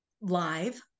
live